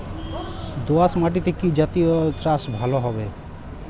দোয়াশ মাটিতে কি জাতীয় চাষ ভালো হবে?